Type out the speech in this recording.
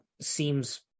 seems